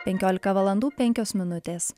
penkiolika valandų penkios minutės